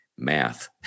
math